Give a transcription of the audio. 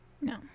No